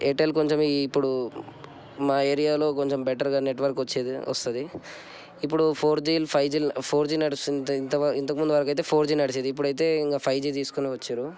Airtel కొంచెం ఈ ఇప్పుడు మా ఏరియాలో కొంచెం బెటర్గా నెట్వర్క్ వచ్చేది వస్తుంది ఇప్పుడు ఫోర్ జీలు ఫైవ్ జీలు ఫోర్ జీ నడుస్తుంది ఇంతకుముందు వరకు అయితే ఫోర్ జీ నడిచేది ఇప్పుడైతే ఫైవ్ జీ తీసుకుని వచ్చిర్రు